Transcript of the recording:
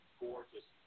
gorgeous